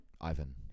Ivan